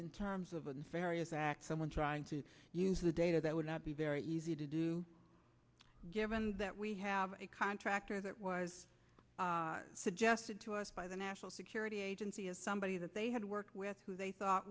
in terms of a various x someone trying to use the data that would not be very easy to do given that we have a contractor that was suggested to us by the national security agency is somebody that they had worked with who they thought